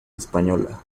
española